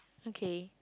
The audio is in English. okay